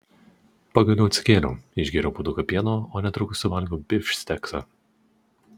pagaliau atsikėliau išgėriau puoduką pieno o netrukus suvalgiau bifšteksą